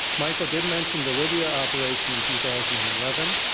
michael did mention the libya operation in two thousand and eleven.